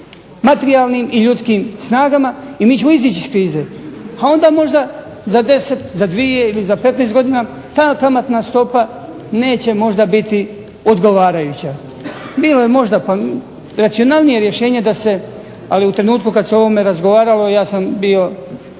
i ljudskim snagama. I mi ćemo izaći iz krize. A onda možda za 10, za 2 ili za 15 godina ta kamatna stopa neće možda biti odgovarajuća. Bilo je možda racionalnije rješenje da se ali u trenutku kada se o ovome razgovaralo ja sam bio